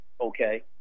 okay